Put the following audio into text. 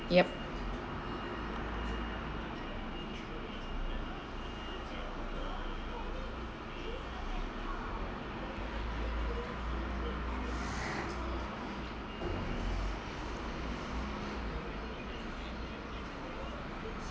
yup